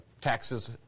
taxes